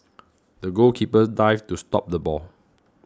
the goalkeeper dived to stop the ball